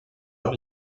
leur